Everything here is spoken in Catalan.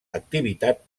activitat